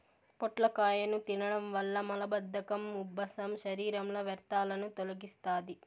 పొట్లకాయను తినడం వల్ల మలబద్ధకం, ఉబ్బసం, శరీరంలో వ్యర్థాలను తొలగిస్తాది